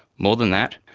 more than that,